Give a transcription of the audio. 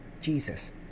Jesus